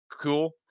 cool